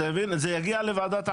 אם זה יגיע לוועדת עררים,